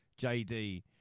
JD